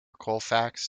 colfax